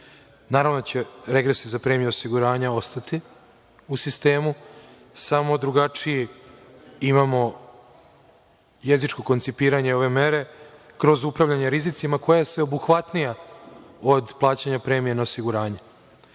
Naravno da će regresi za premije osiguranja ostati u sistemu, samo drugačije imamo jezičko koncipiranje ove mere kroz upravljanje rizicima koje je sveobuhvatnija od plaćanja premija na osiguranje. Upravo